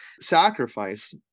Sacrifice